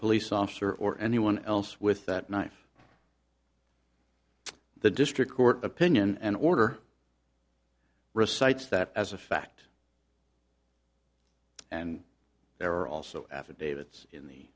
police officer or anyone else with that knife the district court opinion and order recites that as a fact and there are also affidavits in the